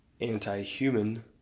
anti-human